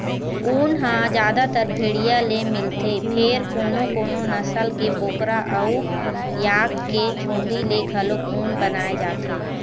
ऊन ह जादातर भेड़िया ले मिलथे फेर कोनो कोनो नसल के बोकरा अउ याक के चूंदी ले घलोक ऊन बनाए जाथे